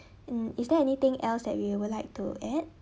and is there anything else that you would like to add